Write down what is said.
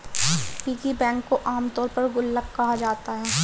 piggy bank को आमतौर पर गुल्लक कहा जाता है